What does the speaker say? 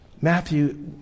Matthew